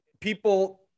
people